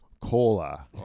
cola